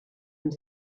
and